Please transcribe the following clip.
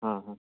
हां हां